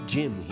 Jim